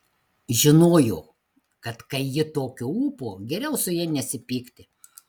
žinojo kad kai ji tokio ūpo geriau su ja nesipykti